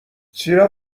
چرا